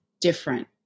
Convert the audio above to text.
different